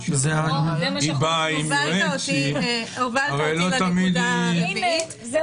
האי לא תמיד היא --- הובלת אותי לנקודה הרביעית.